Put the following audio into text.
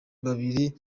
babiri